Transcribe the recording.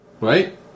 Right